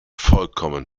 vollkommen